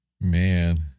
Man